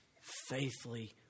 faithfully